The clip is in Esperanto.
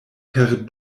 per